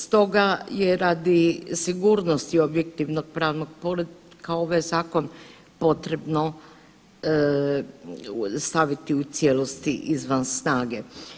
Stoga je radi sigurnosti objektivnog pravnog poretka ovaj Zakon potrebno staviti u cijelosti izvan snage.